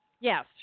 Yes